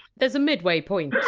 there's a midway point.